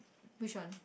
which one